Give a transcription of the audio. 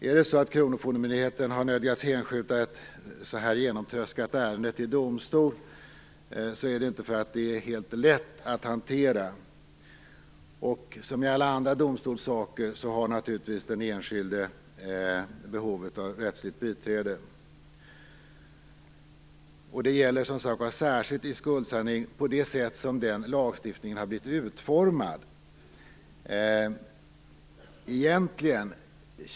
Är det så att kronofogdemyndigheten har nödgats hänskjuta ett så här genomtröskat ärende till domstol så är det inte för att det är helt lätt att hantera. Som i alla andra domstolssaker har naturligtvis den enskilde behov av rättsligt biträde. Det gäller som sagt var särskilt i skuldsanering på det sätt som den lagstiftningen har blivit utformad.